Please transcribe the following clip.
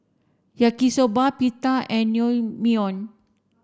Yaki Soba Pita and Naengmyeon